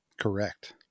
Correct